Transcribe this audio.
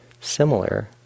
similar